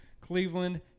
Cleveland